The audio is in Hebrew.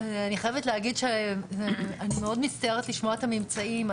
אני חייבת להגיד שאני מאוד מצטערת לשמוע את הממצאים.